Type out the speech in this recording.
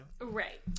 Right